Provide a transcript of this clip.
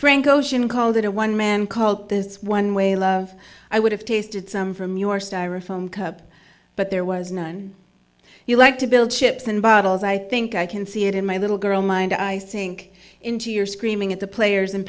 frank ocean called it a one man called this one way love i would have tasted some from your styrofoam cup but there was none you like to build chips in bottles i think i can see it in my little girl mind i sink into your screaming at the players and